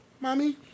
mommy